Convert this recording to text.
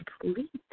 complete